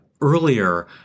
earlier